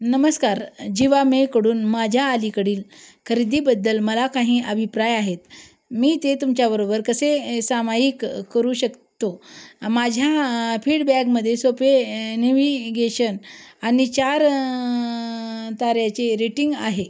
नमस्कार झिवामेकडून माझ्या अलीकडील खरेदीबद्दल मला काही अभिप्राय आहेत मी ते तुमच्याबरोबर कसे सामायिक करू शकतो माझ्या फीडबॅगमध्ये सोपे न्हेवि गेशन आणि चार ताऱ्यांचे रेटिंग आहे